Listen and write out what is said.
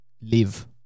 live